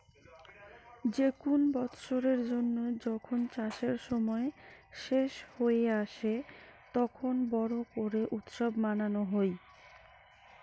যে কুন বৎসরের জন্য যখন চাষের সময় শেষ হই আসে, তখন বড় করে উৎসব মানানো হই